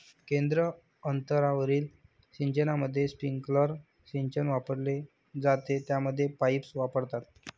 केंद्र अंतरावरील सिंचनामध्ये, स्प्रिंकलर सिंचन वापरले जाते, ज्यामध्ये पाईप्स वापरतात